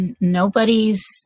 nobody's